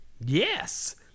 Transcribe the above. Yes